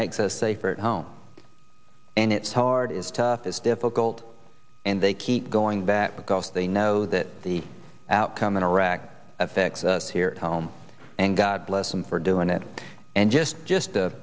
makes us safer to home and it's hard is to this difficult and they keep going back because they know that the outcome in iraq affects us here at home and god bless them for doing it and just just